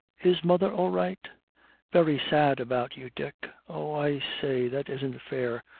is mother all right very sad about you, dick oh, i say, that isn't fair.